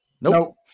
Nope